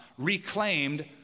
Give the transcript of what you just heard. reclaimed